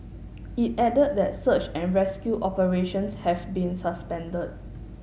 it added that search and rescue operations have been suspended